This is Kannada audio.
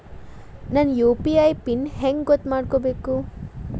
ನನ್ನ ಯು.ಪಿ.ಐ ಪಿನ್ ಹೆಂಗ್ ಗೊತ್ತ ಮಾಡ್ಕೋಬೇಕು?